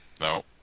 No